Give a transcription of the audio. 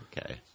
Okay